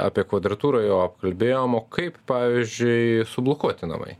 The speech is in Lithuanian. apie kvadratūrą jau apkalbėjom o kaip pavyzdžiui sublokuoti namai